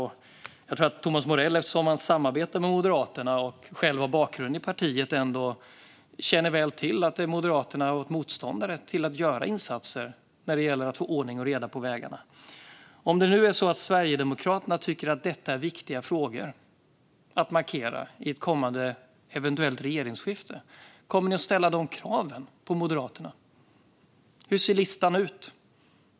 Eftersom Thomas Morell samarbetar med Moderaterna och själv har bakgrund i partiet tror jag att han känner väl till att Moderaterna har varit motståndare till att göra insatser när det gäller att få ordning och reda på vägarna. Om det nu är så att Sverigedemokraterna tycker att detta är viktiga frågor att markera vid ett kommande eventuellt regeringsskifte, kommer ni då att ställa krav på Moderaterna? Hur ser listan ut?